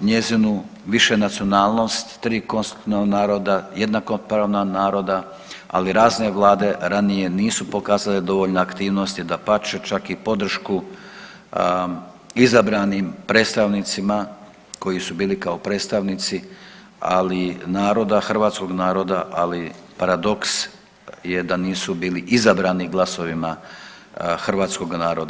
njezinu višenacionalnost, tri konstitutivna naroda, jednakopravna naroda, ali razne vlade ranije nisu pokazale dovoljno aktivnosti dapače čak i podršku izabranim predstavnicima koji su bili kao predstavnici ali naroda, hrvatskog naroda, ali paradoks je bio da nisu bili izabrani glasovima hrvatskog naroda.